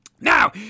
Now